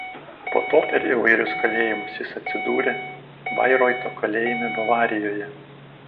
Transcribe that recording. po to per įvairius kalėjimus jis atsidūrė bairoito kalėjime bavarijoje